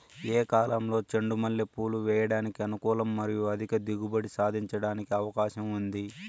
ఏ కాలంలో చెండు మల్లె పూలు వేయడానికి అనుకూలం మరియు అధిక దిగుబడి సాధించడానికి అవకాశం ఉంది?